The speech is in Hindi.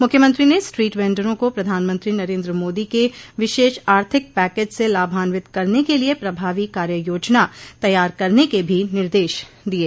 मुख्यमंत्री स्ट्रीट वेंडरों को प्रधानमंत्री नरेन्द्र मादी के विशेष आर्थिक पैकेज से लाभान्वित करने के लिये प्रभावी कार्य योजना तैयार करने के भी निर्देश दिये